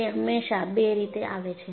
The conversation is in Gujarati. તે હંમેશા બે રીતે આવે છે